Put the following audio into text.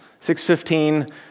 6.15